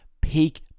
peak